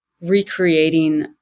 recreating